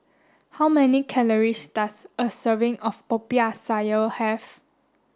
how many calories does a serving of Popiah Sayur have